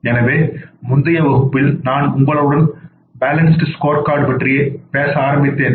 எனவே முந்தைய வகுப்பில் நான் உங்களுடன் பேலன்ஸ்டு ஸ்கோர்கார்டு பற்றி பேச ஆரம்பித்தேன்